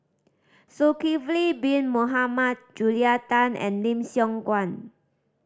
Zulkifli Bin Mohamed Julia Tan and Lim Siong Guan